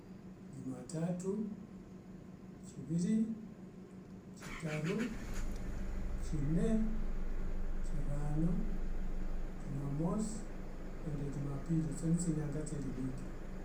Jumatatu, chiviri, chitaru, chine, chirano, jumamosi, nde jumapili, etho ni thinyanga thiariwiki.